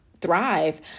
thrive